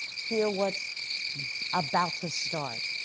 hear what's about to start.